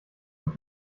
und